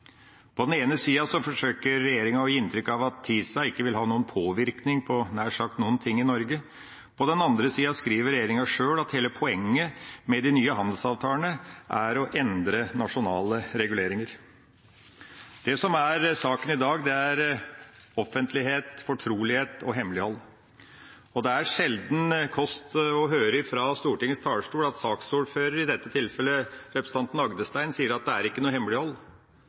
På den ene sida forsøker regjeringa å gi inntrykk av at TISA ikke vil ha noen påvirkning på nær sagt noen ting i Norge. På den andre sida skriver regjeringa sjøl at hele poenget med de nye handelsavtalene er å endre nasjonale reguleringer. Det som er saken i dag, er offentlighet, fortrolighet og hemmelighold. Det er sjelden kost å høre fra Stortingets talerstol at saksordføreren, i dette tilfellet representanten Rodum Agdestein, sier at det er ikke noe hemmelighold